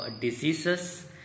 diseases